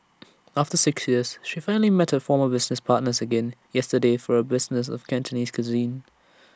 after six years she finally met her former business partners again yesterday for A business of Cantonese cuisine